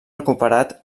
recuperat